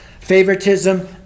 favoritism